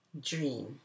Dream